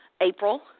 April